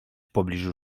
pobliżu